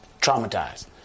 traumatized